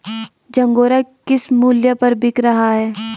झंगोरा किस मूल्य पर बिक रहा है?